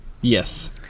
Yes